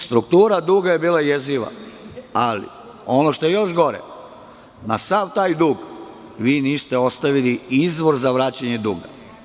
Struktura duga je bila jeziva, ali ono što je još gore na sav taj dug vi niste ostavili izvor za vraćanje duga.